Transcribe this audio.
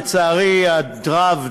לצערי הרב,